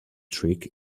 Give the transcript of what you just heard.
trick